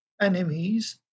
enemies